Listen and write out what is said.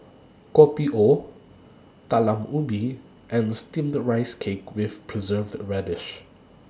Kopi O Talam Ubi and Steamed Rice Cake with Preserved Radish